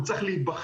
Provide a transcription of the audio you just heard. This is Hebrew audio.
הוא צריך להיבחן,